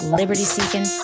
liberty-seeking